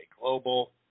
Global